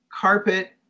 carpet